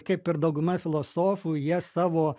kaip ir dauguma filosofų jie savo